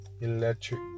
electric